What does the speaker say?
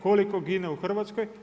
Koliko gine u Hrvatskoj?